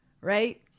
right